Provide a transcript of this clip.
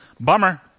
bummer